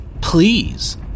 Please